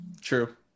True